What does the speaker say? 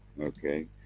Okay